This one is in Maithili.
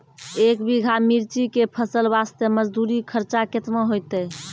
एक बीघा मिर्ची के फसल वास्ते मजदूरी खर्चा केतना होइते?